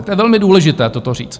To je velmi důležité, toto říct.